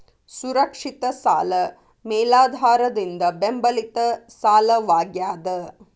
ಸುರಕ್ಷಿತ ಸಾಲ ಮೇಲಾಧಾರದಿಂದ ಬೆಂಬಲಿತ ಸಾಲವಾಗ್ಯಾದ